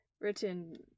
Written